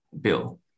bill